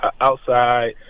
outside